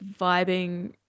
vibing